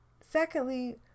Secondly